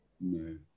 No